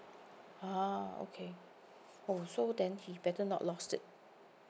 oh okay so than he better not lost it